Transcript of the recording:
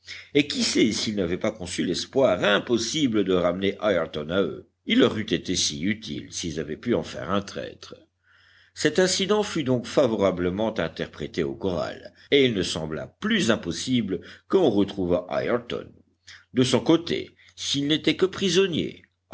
et qui sait s'ils n'avaient pas conçu l'espoir impossible de ramener ayrton à eux il leur eût été si utile s'ils avaient pu en faire un traître cet incident fut donc favorablement interprété au corral et il ne sembla plus impossible qu'on retrouvât ayrton de son côté s'il n'était que prisonnier